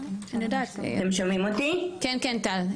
כן כן טל,